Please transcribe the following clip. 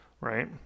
right